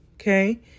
okay